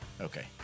Okay